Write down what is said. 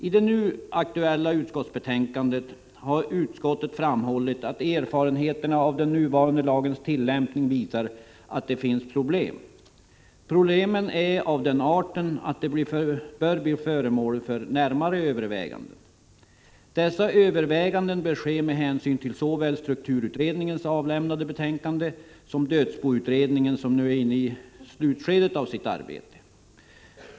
I det nu aktuella utskottsbetänkandet har utskottet framhållit att erfarenheterna av den nuvarande lagens tillämpning visar att det finns problem. Problemen är av den arten att de bör bli föremål för närmare överväganden. Dessa överväganden bör ske med hänsyn till såväl strukturutredningens avlämnade betänkande som synpunkterna i dödsboutredningen, som nu är inne i slutskedet av sitt arbete.